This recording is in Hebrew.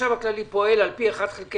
החשב הכללי פועל על פי 1/12